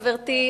חברתי,